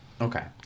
Okay